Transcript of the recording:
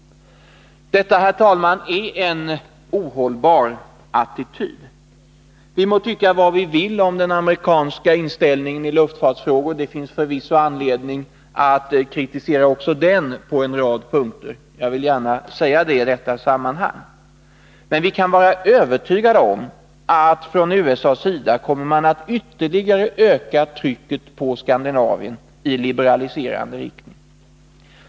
Detta, herr talman, är en ohållbar attityd. Vi må tycka vad vi vill om den amerikanska inställningen i luftfartsfrågor, det finns förvisso anledning att kritisera också den på en rad punkter. Jag vill gärna säga det i detta sammanhang. Men vi kan vara övertygade om att man från USA:s sida kommer att ytterligare öka trycket på Skandinavien i liberaliserande riktning.